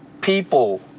people